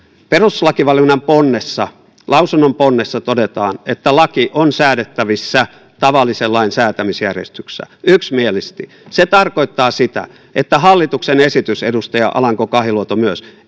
perustuslakivaliokunnan ponnessa lausunnon ponnessa todetaan että laki on säädettävissä tavallisen lain säätämisjärjestyksessä yksimielisesti se tarkoittaa sitä että hallituksen esitys edustaja alanko kahiluoto myös